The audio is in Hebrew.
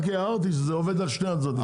רק הערתי שזה עובד על שני הצדדים.